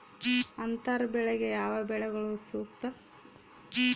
ಅಂತರ ಬೆಳೆಗೆ ಯಾವ ಬೆಳೆಗಳು ಸೂಕ್ತ?